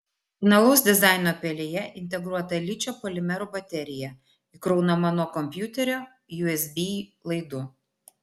originalaus dizaino pelėje integruota ličio polimerų baterija įkraunama nuo kompiuterio usb laidu